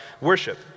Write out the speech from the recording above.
worship